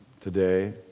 today